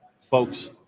folks